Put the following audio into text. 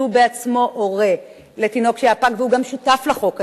שהוא בעצמו הורה לתינוק שהיה פג והוא גם שותף לחוק הזה,